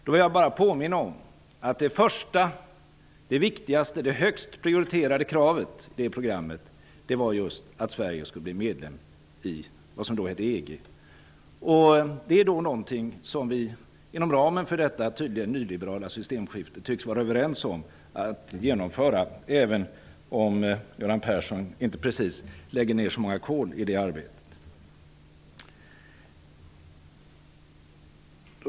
Jag vill då bara påminna om att det första, det viktigaste och det högst prioriterade kravet i nämnda program var just att Sverige skulle bli medlem i vad som då hette EG. Det är någonting som vi inom ramen för detta tydligen nyliberala systemskifte tycks vara överens om att genomföra, även om Göran Persson inte precis lägger på så många kol i det arbetet.